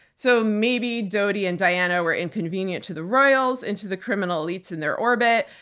so maybe dodi and diana were inconvenient to the royals and to the criminal elites in their orbit,